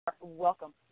welcome